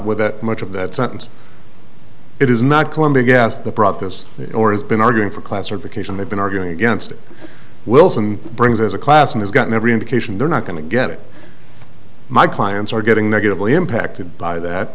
with that much of that sentence it is not columbia gets the brought this has been arguing for classification they've been arguing against it wilson brings as a class and has gotten every indication they're not going to get it my clients are getting negatively impacted by that